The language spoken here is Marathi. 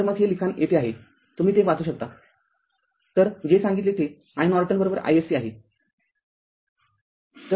तरमग हे सर्व लिखाण येथे आहे तुम्ही ते वाचू शकता तर जे सांगितले ते iNorton iSC आहे